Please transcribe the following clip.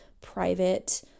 private